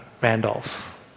Randolph